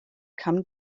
come